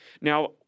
Now